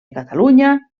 catalunya